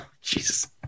Jesus